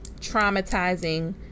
traumatizing